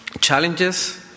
challenges